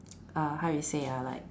uh how you say ah like